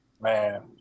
Man